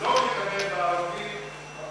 לא מקבל בערבית מה